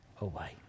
away